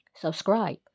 subscribe